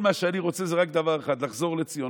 כל מה שאני רוצה זה רק דבר אחד, לחזור לציון.